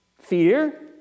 fear